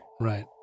Right